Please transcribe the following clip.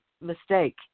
mistake